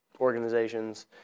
organizations